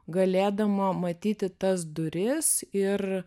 galėdama matyti tas duris ir